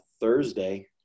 Thursday